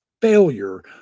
failure